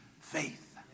faith